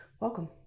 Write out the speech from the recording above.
Welcome